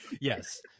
Yes